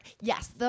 Yes